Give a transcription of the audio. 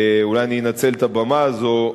אולי אנצל את הבמה הזאת,